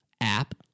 app